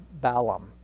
Balaam